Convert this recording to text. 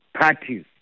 parties